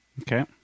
Okay